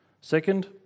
Second